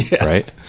right